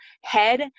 head